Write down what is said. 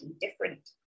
different